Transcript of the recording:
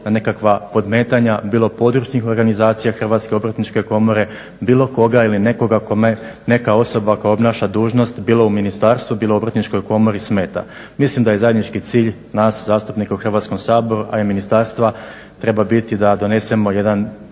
na nekakva podmetanja bilo područnih organizacija Hrvatske obrtničke komore, bilo koga ili nekoga kome neka osoba koja obnaša dužnost bilo u ministarstvu, bilo u obrtničkoj komori smeta. Mislim da je zajednički cilj nas zastupnika u Hrvatskom saboru a i ministarstva treba biti da donesemo jedan